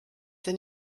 der